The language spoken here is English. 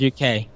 uk